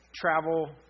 travel